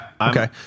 Okay